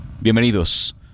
Bienvenidos